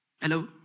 Hello